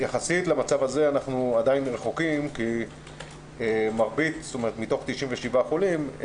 יחסית למצב הזה אנחנו עדיין רחוקים כי מתוך 97 חולים,